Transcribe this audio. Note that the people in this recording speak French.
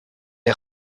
est